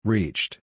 Reached